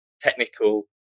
technical